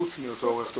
חוץ מאותו עורך תוכן?